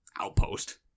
outpost